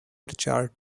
chart